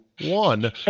One